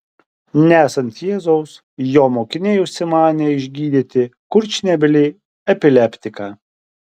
nesant jėzaus jo mokiniai užsimanė išgydyti kurčnebylį epileptiką